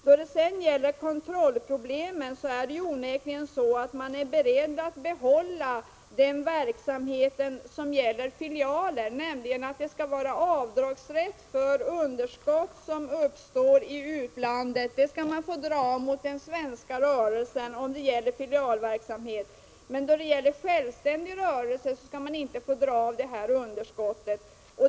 Då det gäller kontrollproblemen är man beredd att behålla den verksamhet som gäller filialer. Det innebär att man skall få göra avdrag mot vinst i den svenska rörelsen för underskott som uppstår i utlandet om det gäller filialverksamhet. Men för självständig rörelse skall man inte få dra av underskottet.